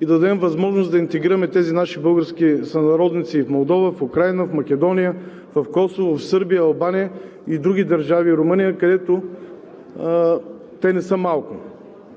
и да дадем възможност да интегрираме тези наши български сънародници и в Молдова, в Украйна, в Македония, в Косово, в Сърбия, в Албания и други държави – Румъния, където те не са малко.